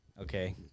okay